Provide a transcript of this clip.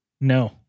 no